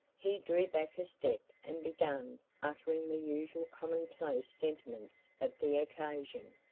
he drew back a step and began uttering the usual common-place sentiments of the occasion.